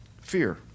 Fear